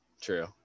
true